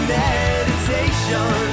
meditation